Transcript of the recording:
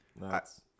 Nice